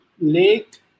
lake